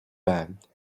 bed